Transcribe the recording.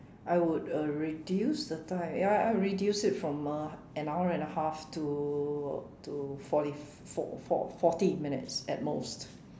I would uh reduce the time ya I would reduce it from uh an hour and a half to to forty for~ for~ forty minutes at most